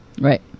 Right